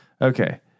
Okay